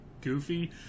goofy